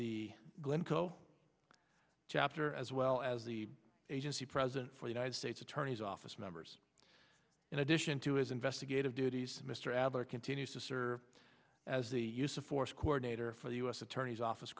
the glencoe chapter as well as the agency president for the united states attorney's office members in addition to his investigative duties mr abbott continues to serve as the use of force coordinator for the u s attorney's office